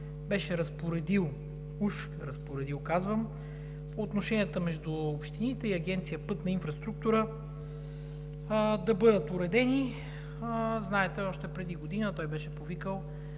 беше разпоредил, казвам уж разпоредил, отношенията между общините и Агенция „Пътна инфраструктура“ да бъдат уредени. Знаете, че още преди година той беше повикал